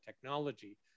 technology